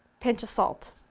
pinch of salt.